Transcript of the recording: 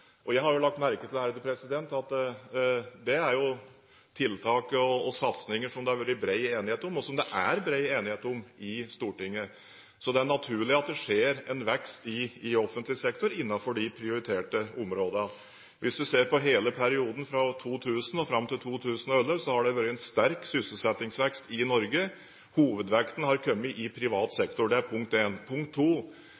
Jeg har lagt merke til at det er tiltak og satsinger som det har vært bred enighet om – og som det er bred enighet om – i Stortinget. Det er naturlig at det skjer en vekst i offentlig sektor innenfor de prioriterte områdene. Hvis en ser på hele perioden fra 2000 og fram til 2011, har det vært en sterk sysselsettingsvekst i Norge. Hovedvekten har kommet i privat